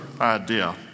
idea